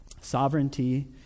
sovereignty